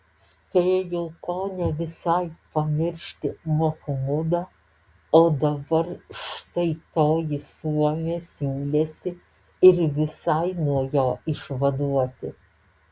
spėjau kone visai pamiršti machmudą o dabar štai toji suomė siūlėsi ir visai nuo jo išvaduoti